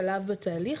לתרגום,